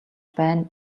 байна